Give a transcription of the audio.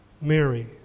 Mary